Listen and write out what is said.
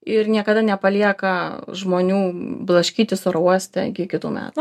ir niekada nepalieka žmonių blaškytis oro uoste iki kitų metų